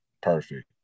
perfect